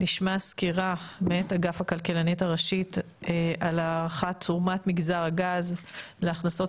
נשמע סקירה מאת אגף הכלכלנית הראשית על הערכת תרומת מגזר הגז להכנסות